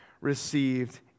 received